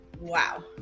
wow